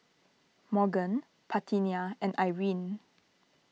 Morgan Parthenia and Irine